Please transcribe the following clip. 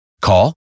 Call